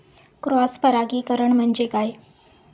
Cross परागीकरण म्हणजे काय?